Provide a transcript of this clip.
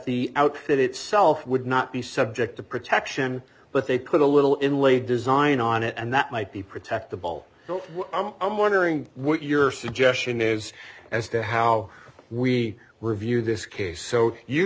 the outfit itself would not be subject to protection but they put a little inlay design on it and that might be protect the ball so i'm wondering what your suggestion is as to how we review this case so you